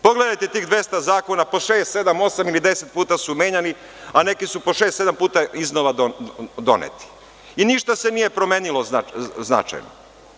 Pogledajte tih 200 zakona, po šest, sedam, osam ili deset puta su menjani, a neki su po šest-sedam puta iznova doneti i ništa se nije promenilo značajno.